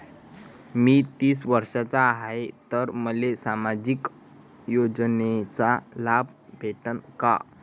मी तीस वर्षाचा हाय तर मले सामाजिक योजनेचा लाभ भेटन का?